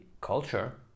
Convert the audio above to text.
culture